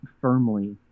firmly